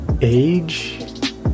age